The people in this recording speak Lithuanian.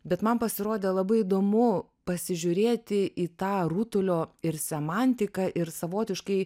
bet man pasirodė labai įdomu pasižiūrėti į tą rutulio ir semantiką ir savotiškai